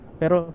pero